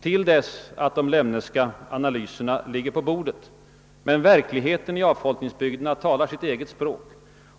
till dess att de Lemneska analyserna ligger på bordet. Men verkligheten i avfolkningsbygderna talar sitt eget språk.